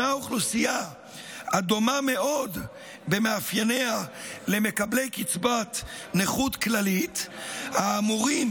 אוכלוסייה הדומה מאוד במאפייניה למקבלי קצבת נכות כללית האמורים,